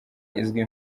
izwi